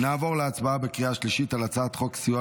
נעבור להצבעה בקריאה שלישית על הצעת חוק סיוע